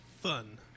fun